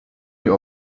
nie